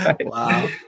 Wow